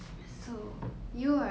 oo this is an interesting [one]